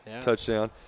touchdown